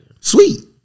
sweet